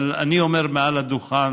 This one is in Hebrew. אבל אני אומר מעל הדוכן